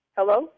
Hello